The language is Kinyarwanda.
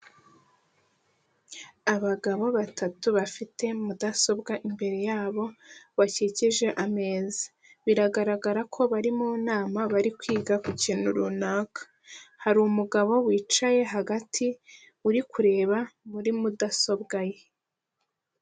Abagabo batatu bafite mudasobwa imbere yabo, bakikije ameza, biragaragara ko bari mu nama bari kwiga ku kintu runaka, hari umugabo wicaye hagati uri kureba muri mudasobwa ye.